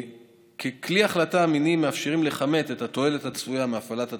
כלי החלטה אמינים מאפשרים לכמת את התועלת הצפויה מהפעלת התוכנית,